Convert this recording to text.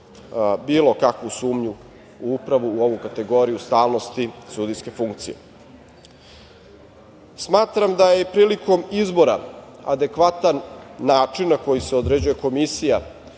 bilo kakvu sumnju upravo u ovu kategoriju stalnosti sudijske funkcije. Smatram da je prilikom izbora adekvatan način na koji se određuje komisija